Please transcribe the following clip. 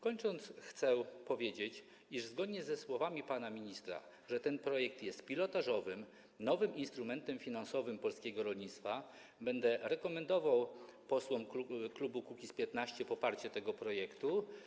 Kończąc, chcę powiedzieć, iż zgodnie ze słowami pana ministra, ten projekt jest pilotażowym, nowym instrumentem finansowym polskiego rolnictwa, będę więc rekomendował posłom klubu Kukiz’15 poparcie tego projektu.